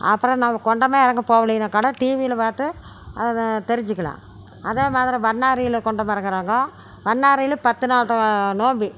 அப்புறம் நம்ம குண்டமே இறங்க போகலினாக்கூட டிவியில் பார்த்து அதை தெரிஞ்சுக்கலாம் அதே மாதிரி பண்ணாரியில் குண்டம் இறங்கிறாங்கோ பண்ணாரியில் பத்து நாள் தொவ நோம்பு